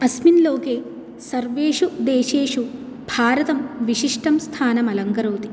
अस्मिन् लोके सर्वेषु देशेषु भारतं विशिष्टं स्थानम् अलङ्करोति